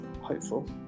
hopeful